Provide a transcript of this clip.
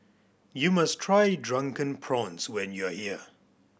you must try Drunken Prawns when you are here